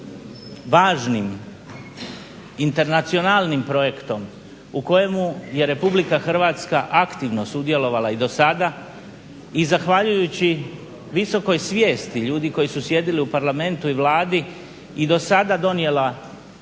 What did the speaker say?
važnim internacionalnim projektom u kojemu je Republika Hrvatska aktivno sudjelovala i do sada. I zahvaljujući visokoj svijesti ljudi koji su sjedili u Parlamentu i Vladi i do sada donijela